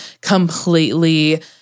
completely